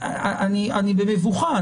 אני במבוכה,